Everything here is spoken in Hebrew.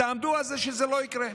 תעמדו על זה שזה לא יקרה.